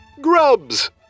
grubs